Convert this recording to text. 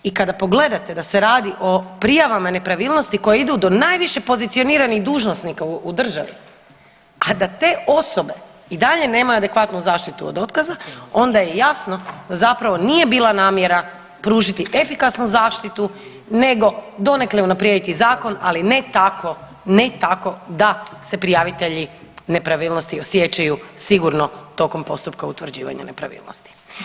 I kada pogledate da se radi o prijavama nepravilnosti koje idu do najviše pozicioniranih dužnosnika u državi, a da te osobe i dalje nemaju adekvatnu zaštitu od otkaza, onda je jasno zapravo nije bila namjera pružiti efikasnu zaštitu, nego donekle unaprijediti zakon ali ne tako da se prijavitelji nepravilnosti osjećaju sigurno tokom postupka utvrđivanja nepravilnosti.